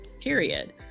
Period